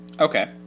Okay